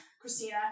Christina